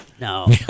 No